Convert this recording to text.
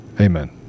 Amen